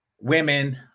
women